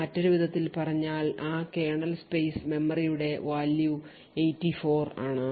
മറ്റൊരു വിധത്തിൽ പറഞ്ഞാൽ ആ കേർണൽ സ്പേസ് മെമ്മറിയുടെ value 84 ആണ്